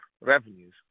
revenues